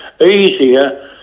easier